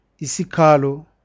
Isikalo